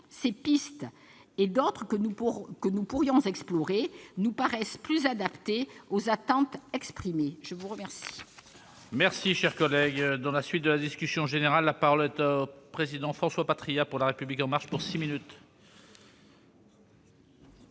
Ces pistes, comme d'autres que nous pourrions explorer, nous paraissent plus adaptées aux attentes exprimées. La parole